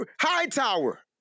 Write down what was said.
Hightower